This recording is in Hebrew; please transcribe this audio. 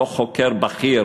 אותו חוקר בכיר,